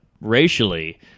racially